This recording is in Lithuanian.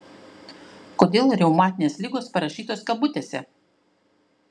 kodėl reumatinės ligos parašytos kabutėse